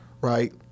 right